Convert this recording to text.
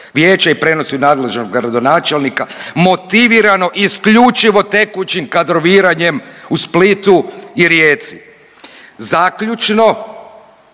vijeća i prenosi na nadležnog gradonačelnika motivirano isključivo tekućim kadroviranjem u Splitu i Rijeci. Zaključno,